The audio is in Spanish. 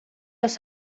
los